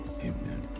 Amen